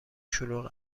شلوغ